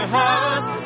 house